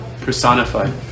personified